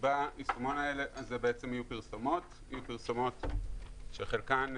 ביישומון הזה יהיו פרסומות, יהיו פרסומות שחלקן,